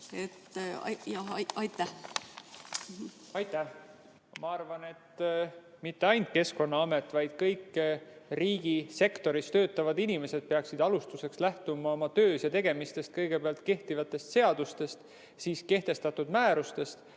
Ma arvan, et mitte ainult Keskkonnaamet, vaid kõik riigisektoris töötavad inimesed peaksid alustuseks lähtuma oma töös ja tegemistes kehtivatest seadustest ja seejärel kehtestatud määrustest,